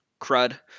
crud